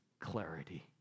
clarity